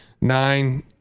nine